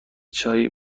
چای